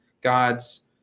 God's